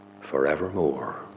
forevermore